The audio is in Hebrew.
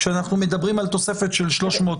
כשאנחנו מדברים על תוספת של 300,